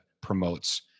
promotes